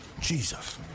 Jesus